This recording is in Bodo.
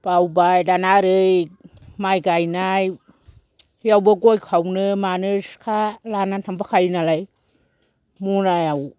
बावबाय दाना ओरै माइ गायनायावबो गय खावनो मानो सिखा लानानै थांफाखायो नालाय मनायाव